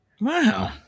Wow